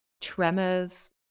tremors